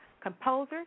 composer